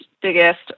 biggest